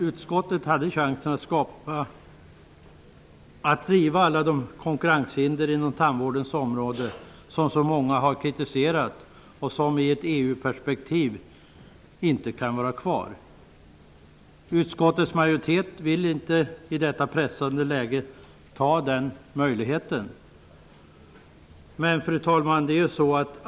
Utskottet hade chansen att riva alla de konkurrenshinder som finns inom tandvården och som så många har kritiserat och som i ett EU perspektiv inte kan vara kvar. Utskottets majoritet vill inte i detta pressade läge ta den chansen. Fru talman!